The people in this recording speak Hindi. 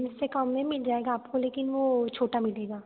इससे कम में मिल जाएगा आपको लेकिन वो छोटा मिलेगा